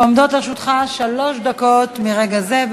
עומדות לרשותך שלוש דקות מרגע זה.